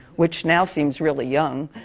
which now seems really young.